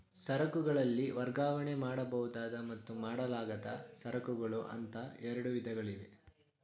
ಸರಕುಗಳಲ್ಲಿ ವರ್ಗಾವಣೆ ಮಾಡಬಹುದಾದ ಮತ್ತು ಮಾಡಲಾಗದ ಸರಕುಗಳು ಅಂತ ಎರಡು ವಿಧಗಳಿವೆ